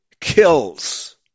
kills